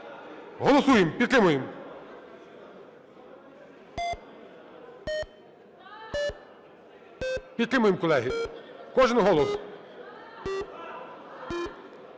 Голосуємо! Підтримуємо. Підтримуємо, колеги. Кожен голос.